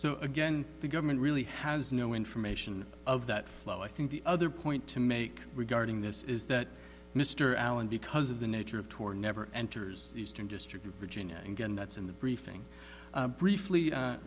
so again the government really has no information of that flow i think the other point to make regarding this is that mr allen because of the nature of tor never enters the eastern district of virginia and again that's in the briefing briefly